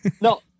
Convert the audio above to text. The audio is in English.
no